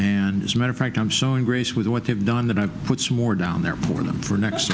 and as a matter fact i'm so in grace with what they've done that i've put some more down there for them for next